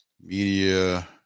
media